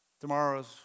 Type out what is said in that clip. Tomorrow's